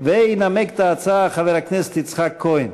וינמק את ההצעה חבר הכנסת יצחק כהן.